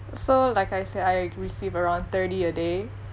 so like I said I receive around thirty a day